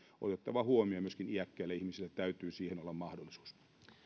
otettava huomioon ja myöskin iäkkäillä ihmisillä täytyy siihen olla mahdollisuus